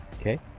Okay